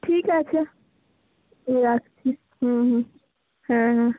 ঠিক আছে রাখছি হুম হুম হ্যাঁ হ্যাঁ